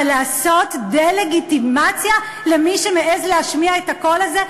אבל לעשות דה-לגיטימציה למי שמעז להשמיע את הקול הזה?